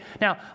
now